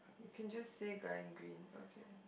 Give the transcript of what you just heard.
you can just say guy in green but okay